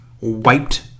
wiped